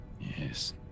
Yes